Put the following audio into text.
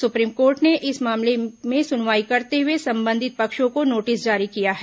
supreme court ने इस मामले में सुनवाई करते हुए संबंधित पक्षों को नोटिस जारी किया है